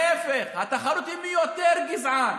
להפך, התחרות היא מי יותר גזען,